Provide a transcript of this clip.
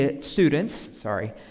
students—sorry